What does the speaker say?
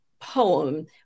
poem